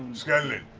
scanlan!